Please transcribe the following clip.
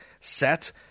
set